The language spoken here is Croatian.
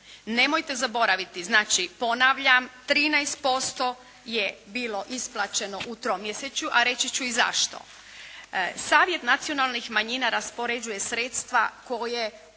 Nemojte zaboraviti, znači ponavljam 13% je bilo isplaćeno u tromjesečju a reći ću i zašto. Savjet nacionalnih manjina raspoređuje sredstva koje